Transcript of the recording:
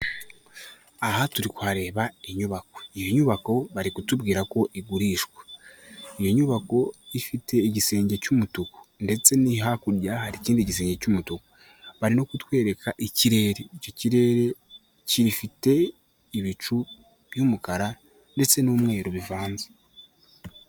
Aha turi kuhareba inyubako iyi nyubako bari kutubwira ko igurishwa. Iyo nyubako ifite igisenge cy'umutuku ndetse ni hakurya hari ikindi gisenge cy'umutuku, bari no kutwereka ikirere icyo kirere gifite ibicu by'umukara ndetse n'umweru bivanze.